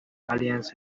alliance